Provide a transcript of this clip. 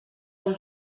bon